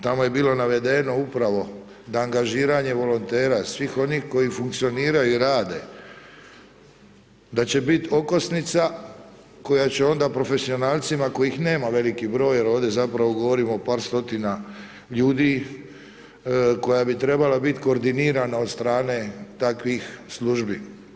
Tamo je bilo navedeno upravo da angažiranje volontera svih onih koji funkcioniraju i rade da će biti okosnica koja će onda profesionalcima kojih nema veliki broj jer ovdje zapravo govorimo o par stotina ljudi koja bi trebala biti koordinirana od strane takvih službi.